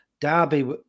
Derby